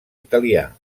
italià